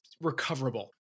recoverable